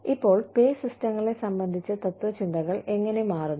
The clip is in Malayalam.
ഇപ്പോൾ പേ സിസ്റ്റങ്ങളെ സംബന്ധിച്ച തത്ത്വചിന്തകൾ എങ്ങനെ മാറുന്നു